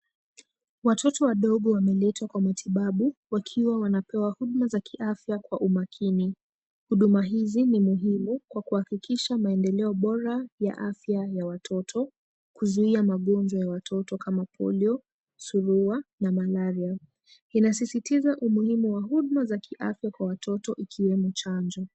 Watoto wadogo wameletwa kwa matibabu wakiwa wanapewa huduma za kiafya kwa umakini. Huduma hizi ni muhimu kwa kuhakikisha maendeleo bora ya afya ya watoto, kuzuia magonjwa ya watoto kama polio, surua na malaria. Inasisitiza umuhimu wa huduma za kiafya kwa watoto ikiwemo chanjo.